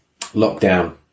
lockdown